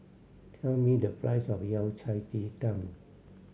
tell me the price of Yao Cai ji tang